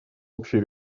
общей